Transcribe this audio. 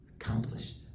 accomplished